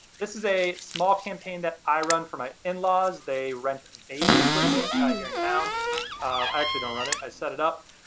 this is a small campaign that i run for my in-laws. they rent baby equipment here in town. i actually don't run it, i set it up.